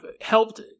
helped